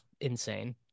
insane